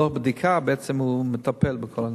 לא בדיקה, בעצם הוא מטפל בכל הנושא.